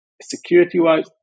security-wise